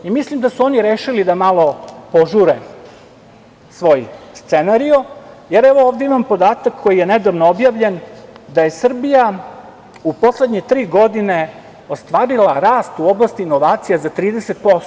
Mislim da su oni rešili da malo požure svoj scenario, jer ovde imam podatak koji je nedavno objavljen da je Srbija u poslednje tri godine ostvarila rast u oblasti inovacija za 30%